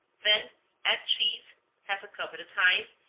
then add cheese, half a cup at a time,